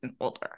older